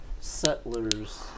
settlers